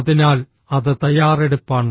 അതിനാൽ അത് തയ്യാറെടുപ്പാണ്